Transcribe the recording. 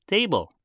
Table